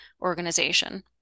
organization